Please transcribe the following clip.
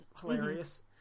hilarious